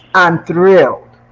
i'm thrilled,